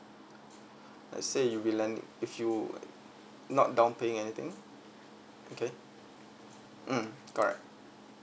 let say you will be land if you not downpaying anything okay mm correct